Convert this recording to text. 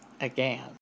again